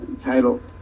title